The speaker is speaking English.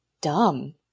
dumb